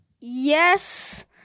Yes